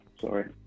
sorry